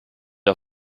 are